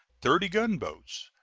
thirty gunboats,